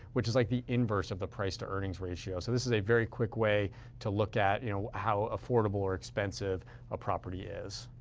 which is like the inverse of the price to earnings ratio. so this is a very quick way to look at you know how affordable or expensive a property is.